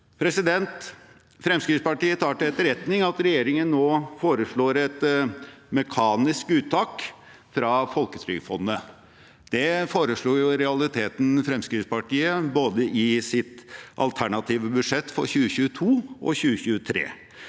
Fremskrittspartiet tar til etterretning at regjeringen nå foreslår et mekanisk uttak fra Folketrygdfondet. Det foreslo i realiteten Fremskrittspartiet både i sitt alternative budsjett for 2022 og 2023.